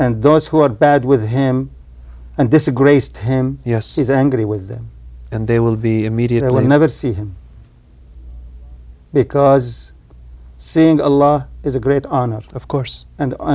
and those who are bad with him and disgraced him yes he is angry with them and they will be immediately never see him because seeing a law is a great on of course and